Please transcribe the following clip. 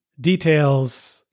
details